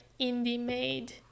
indie-made